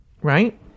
right